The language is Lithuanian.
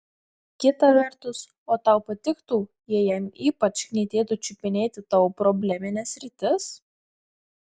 kita vertus o tau patiktų jei jam ypač knietėtų čiupinėti tavo problemines sritis